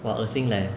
哇恶心 leh